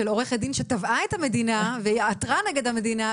עורכת דין שתבעה את המדינה ועתרה נגד המדינה,